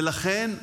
ולכן,